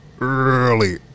early